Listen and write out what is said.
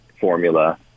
formula